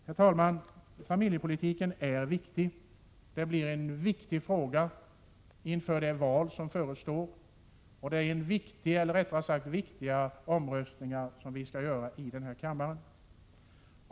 Fru talman! Familjepolitiken är viktig; den blir en viktig fråga inför det val som förestår, och vi skall företa viktiga omröstningar i denna kammare.